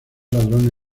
ladrones